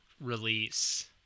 release